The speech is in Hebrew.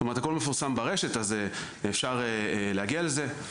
זאת אומרת, הכל מפורסם ברשת, אפשר להגיע לזה,